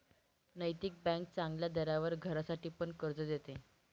नैतिक बँक चांगल्या दरावर घरासाठी पण कर्ज देते